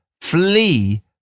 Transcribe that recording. Flee